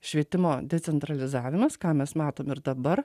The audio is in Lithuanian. švietimo decentralizavimas ką mes matom ir dabar